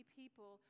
people